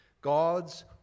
god's